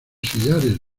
sillares